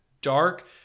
dark